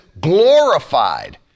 glorified